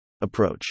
Approach